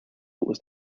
was